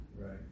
Right